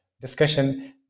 discussion